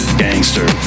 gangster